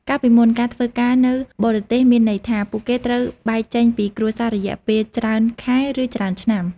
កាលពីមុន ការធ្វើការនៅបរទេសមានន័យថា ពួកគេត្រូវបែកចេញពីគ្រួសាររយៈពេលច្រើនខែ ឬ ច្រើនឆ្នាំ។